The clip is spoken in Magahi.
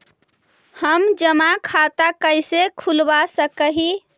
हम जमा खाता कैसे खुलवा सक ही?